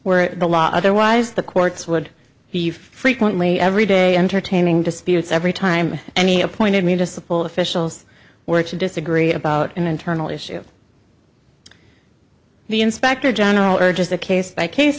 where the law otherwise the courts would be frequently every day entertaining disputes every time any appointed me just support officials work to disagree about an internal issue the inspector general or just a case by case